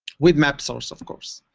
with map source, of course.